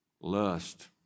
Lust